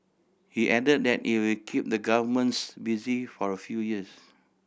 he added that it will keep the governments busy for a few years